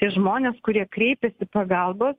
tie žmonės kurie kreipėsi pagalbos